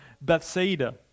Bethsaida